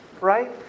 right